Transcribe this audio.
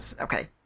okay